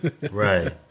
Right